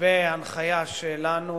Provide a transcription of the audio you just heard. בהנחיה שלנו